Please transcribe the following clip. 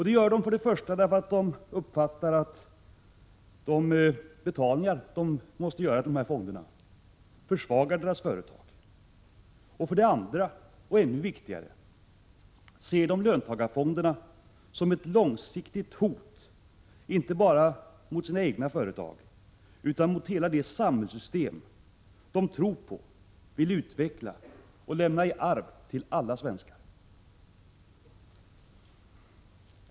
Det gör de för det första för att de uppfattar att de betalningar de måste göra till dessa fonder försvagar deras företag. För det andra, och ännu viktigare, ser de löntagarfonderna som ett långsiktigt hot, inte bara mot sina egna företag, utan mot hela det samhällssystem som de tror på, vill utveckla och lämna i arv till alla svenskar.